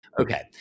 Okay